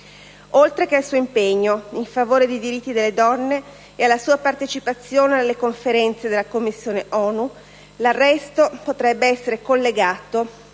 Oltre che al suo impegno in favore dei diritti delle donne e alla sua partecipazione alle conferenze della Commissione ONU, l'arresto potrebbe essere collegato